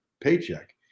paycheck